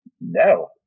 No